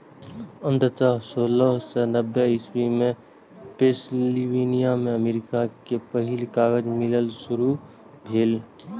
अंततः सोलह सय नब्बे इस्वी मे पेंसिलवेनिया मे अमेरिका के पहिल कागज मिल शुरू भेलै